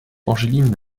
angeline